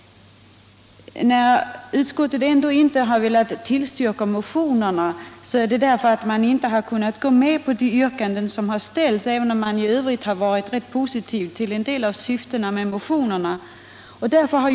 Att utskottet inte har velat tillstyrka motionerna har mindre berott på syftet än på att man inte kunnat ansluta sig till de yrkanden som ställts i dessa.